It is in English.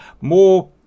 more